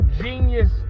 Genius